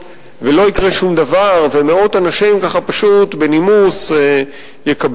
ולא יקרה שום דבר ומאות אנשים ככה פשוט בנימוס יקבלו,